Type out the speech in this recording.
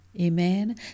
amen